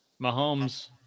Mahomes